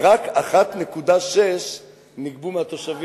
בשנה האחרונה, רק 1.6% נגבו מהתושבים,